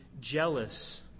jealous